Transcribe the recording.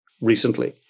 recently